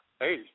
Hey